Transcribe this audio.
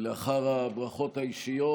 לאחר הברכות האישיות,